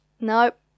Nope